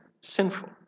sinful